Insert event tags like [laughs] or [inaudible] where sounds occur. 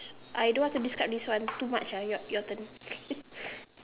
I don't want to describe this one too much ah your your turn [laughs]